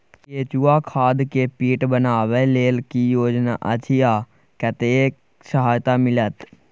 केचुआ खाद के पीट बनाबै लेल की योजना अछि आ कतेक सहायता मिलत?